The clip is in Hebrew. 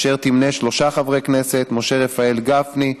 אשר תמנה שלושה חברי כנסת: משה רפאל גפני,